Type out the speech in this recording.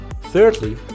thirdly